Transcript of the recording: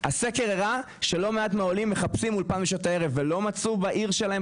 הסקר הראה שלא מעט מהעולים מחפשים אולפן בשעות הערב ולא מצאו בעיר שלהם,